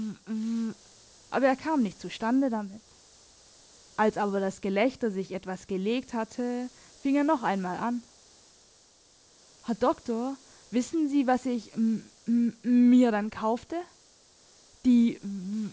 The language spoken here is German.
aber er kam nicht zustande damit als aber das gelächter sich etwas gelegt hatte fing er noch einmal an herr doktor wissen sie was ich m m mir dann kaufte die